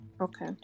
Okay